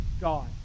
God